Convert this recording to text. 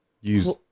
Use